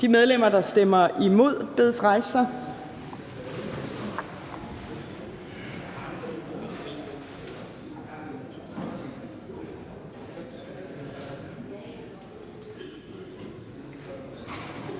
De medlemmer, der stemmer imod, bedes rejse sig.